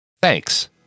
Thanks